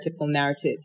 narratives